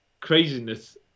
craziness